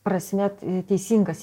prasme teisingas